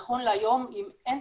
נכון להיום עם אין